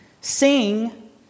Sing